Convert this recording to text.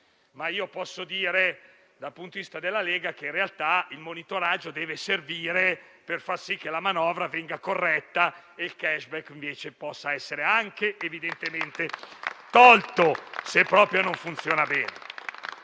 ma io posso dire che dal punto di vista della Lega, in realtà, il monitoraggio deve servire per far sì che la manovra venga corretta e che il *cashback* possa essere anche evidentemente eliminato, se proprio non funziona bene.